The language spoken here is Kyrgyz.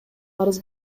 арыз